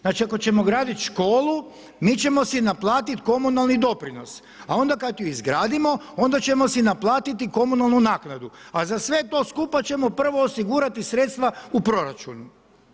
Znači ako ćemo graditi školu mi ćemo si naplatiti komunalni doprinos, a onda kad ju izgradimo ona ćemo si naplatiti komunalnu naknadu, a za sve to skupa ćemo prvo osigurati sredstva u proračunu.